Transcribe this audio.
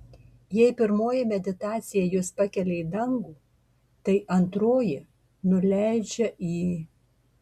jei pirmoji meditacija jus pakelia į dangų tai antroji nuleidžia į